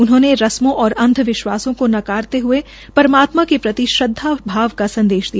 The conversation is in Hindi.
उन्होंने रस्मों और अंधविश्वासों को नाकारते हये परमात्मा के प्रति श्रद्वा भाव का संदेश दिया